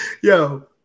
Yo